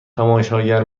تماشاگر